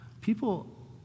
People